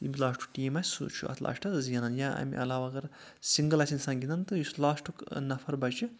یِم لاسٹُک ٹیٖم آسہِ سُہ چھُ اَتھ لاسٹَس زیَنَان یا اَمہِ علاوٕ اَگَر سِنٛگٕل آسہِ اِنسان گِنٛدان تہٕ یُس لاسٹُک نَفَر بَچہِ